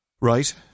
Right